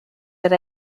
that